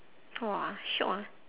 !wah! shiok ah